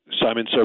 Simon